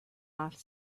off